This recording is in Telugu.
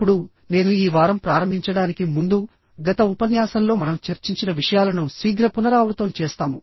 ఇప్పుడు నేను ఈ వారం ప్రారంభించడానికి ముందు గత ఉపన్యాసంలో మనం చర్చించిన విషయాలను శీఘ్ర పునరావృతం చేస్తాము